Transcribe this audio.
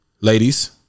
ladies